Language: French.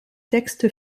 texte